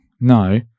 no